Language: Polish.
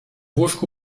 łóżku